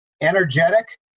energetic